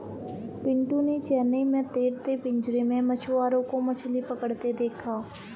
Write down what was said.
पिंटू ने चेन्नई में तैरते पिंजरे में मछुआरों को मछली पकड़ते देखा